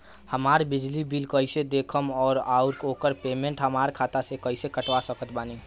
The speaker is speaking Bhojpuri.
हमार बिजली बिल कईसे देखेमऔर आउर ओकर पेमेंट हमरा खाता से कईसे कटवा सकत बानी?